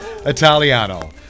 Italiano